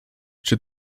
czy